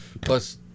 plus